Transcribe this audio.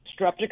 streptococcus